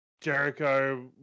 Jericho